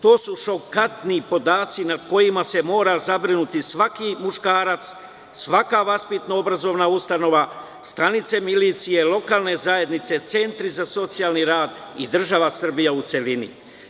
To su šokantni podaci na kojima se mora zabrinuti svaki muškarac, svaka vaspitno-obrazovna ustanova, stanice milicije, lokalne zajednice, centri za socijalni rad i država Srbija u celini.